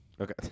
Okay